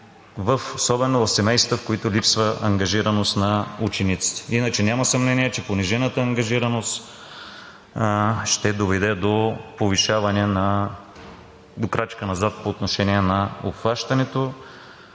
особено в семействата, в които липсва ангажираност на учениците. Иначе няма съмнение, че понижената ангажираност ще доведе до крачка назад по отношение на обхващането.